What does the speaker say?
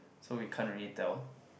so we can't only tell